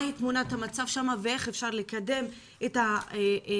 מהי תמונת המצב שם ואיך אפשר לקדם את האנשים,